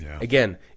Again